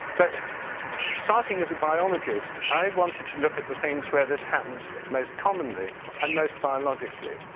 but starting as a biologist, i wanted to look at the things where this happens most commonly and most biologically.